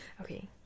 Okay